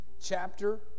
chapter